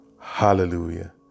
Hallelujah